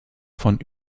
von